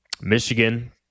michigan